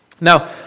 Now